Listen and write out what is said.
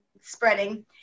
spreading